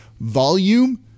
Volume